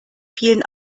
vielen